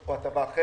או הטבה אחרת,